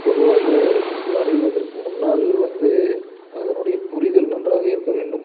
பொதுவாக வரைவதற்கு முன்னால் வந்து அதனுடைய புரிதல் நன்றாக இருக்க வேண்டும்